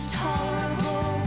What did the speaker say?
tolerable